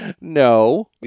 No